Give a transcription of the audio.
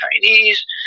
Chinese